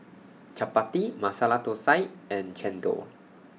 Chappati Masala Thosai and Chendol